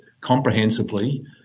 comprehensively